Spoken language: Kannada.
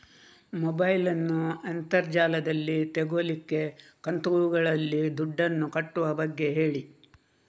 ಮೊಬೈಲ್ ನ್ನು ಅಂತರ್ ಜಾಲದಲ್ಲಿ ತೆಗೋಲಿಕ್ಕೆ ಕಂತುಗಳಲ್ಲಿ ದುಡ್ಡನ್ನು ಕಟ್ಟುವ ಬಗ್ಗೆ ಹೇಳಿ